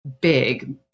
big